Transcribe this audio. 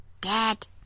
Dad